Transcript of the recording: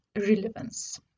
relevance